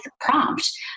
prompt